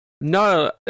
No